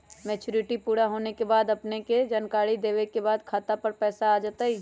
Maturity पुरा होवे के बाद अपने के जानकारी देने के बाद खाता पर पैसा आ जतई?